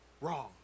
wrong